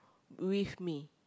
with me